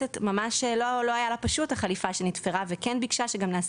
לכנסת לא היה פשוט להתמודד עם החליפה שנתפרה,